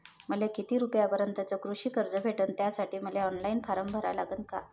मले किती रूपयापर्यंतचं कृषी कर्ज भेटन, त्यासाठी मले ऑनलाईन फारम भरा लागन का?